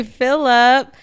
philip